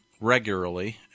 regularly